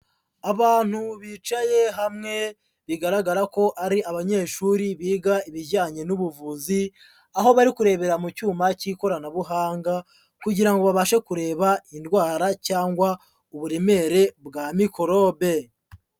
Abantu bicaye hamwe, bigaragara ko ari abanyeshuri biga ibijyanye n'ubuvuzi, aho bari kurebera mu cyuma cy'ikoranabuhanga kugira ngo babashe kureba indwara cyangwa uburemere bwa mikorobe.